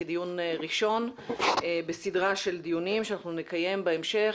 כדיון ראשון בסדרה של דיונים שאנחנו נקיים בהמשך.